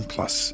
Plus